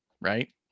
right